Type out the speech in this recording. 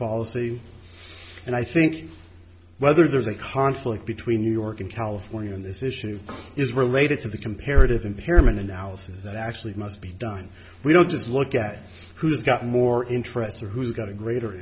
policy and i think whether there's a conflict between new york and california on this issue is related to the comparative impairment analysis that actually must be done we don't just look at who's got more interests or who's got a greater